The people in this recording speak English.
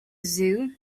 zoo